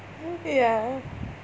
ya